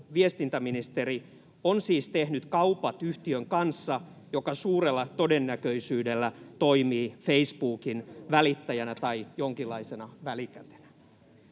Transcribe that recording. viestintäministeri on siis tehnyt kaupat yhtiön kanssa, joka suurella todennäköisyydellä toimii Facebookin välittäjänä tai jonkinlaisena välikätenä.